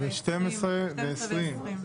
ב-12:20.